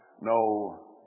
no